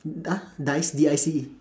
di~ dice D I C E